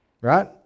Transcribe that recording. Right